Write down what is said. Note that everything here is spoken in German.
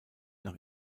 nach